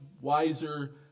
wiser